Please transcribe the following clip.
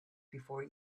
before